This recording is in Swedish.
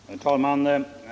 Herr talman!